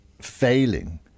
failing